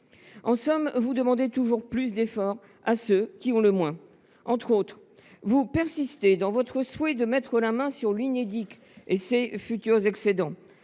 En somme, vous demandez toujours plus d’efforts à ceux qui ont le moins. Entre autres, vous persistez dans votre souhait de mettre la main sur l’Unédic et ses futurs excédents.